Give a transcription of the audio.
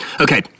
Okay